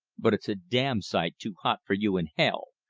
but it's a damm sight too hot fer you in hell,